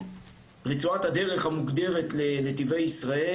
הרבה פעמים השטח של רצועת הדרך המוגדרת לנתיבי ישראל